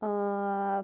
ٲں